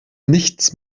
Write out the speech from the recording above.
nichts